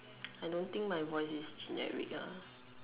I don't think my voice is generic ah